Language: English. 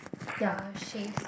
the shaved